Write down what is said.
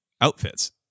outfits